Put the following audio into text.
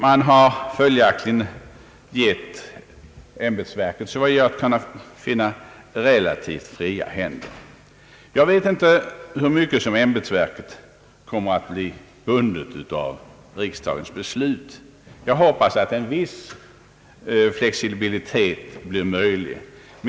Man har följaktligen, såvitt jag kunnat finna, gett kanslersämbetet relativt fria händer. Jag vet inte i vilken utsträckning universitetskanslersämbetet kommer att bli bundet av riksdagens beslut. Jag hoppas att en viss flexibilitet blir möjlig.